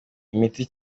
imiti